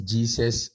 Jesus